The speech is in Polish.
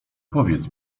powiedz